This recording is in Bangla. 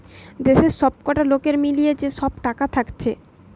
দেশের সবকটা লোকের মিলিয়ে যে সব টাকা থাকছে